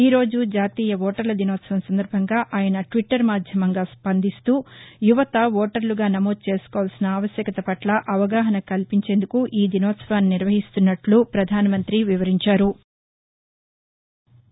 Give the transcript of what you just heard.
ఈరోజు జాతీయ ఓటర్ల దినోత్సవం సందర్బంగా ఆరున ట్విట్లర్ మాధ్యమంగా స్పందిస్తూ యువత ఓటర్లుగా నమోదు చేసుకోవాల్సిన ఆవశ్యకత పట్ల అవగాహన కల్పించేందుకు ఈ దినోత్సవాన్ని నిర్వహిస్తున్నట్ల ప్రపధానమంగ్రి వివరించారు